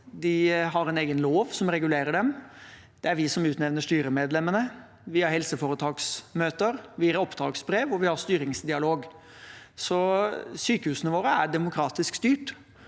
De har en egen lov som regulerer dem. Det er vi som utnevner styremedlemmene. Vi har helseforetaksmøter. Vi gir oppdragsbrev, og vi har styringsdialog. Så sykehusene våre er demokratisk styrt.